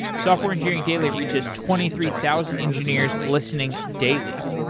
software engineering daily reaches twenty three thousand engineers listening daily.